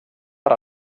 per